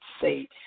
say